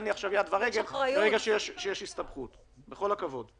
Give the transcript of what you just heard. יש לך מושג מה שיעור הסטודנטים שעבדו ונאלצו לצאת לחל"ת או פוטרו?